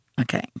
Okay